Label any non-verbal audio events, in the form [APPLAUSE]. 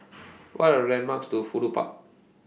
[NOISE] What Are landmarks to Fudu Park